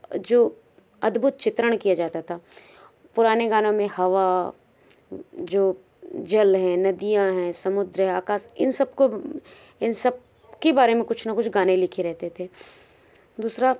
जो अद्भुत चित्रण किया जाता था पुराने गानों में हवा जो जल है नदियाँ हैं समुद्र है आकाश इन सबको इन सबके बारे में कुछ न कुछ गाने लिखे रहते थे दूसरा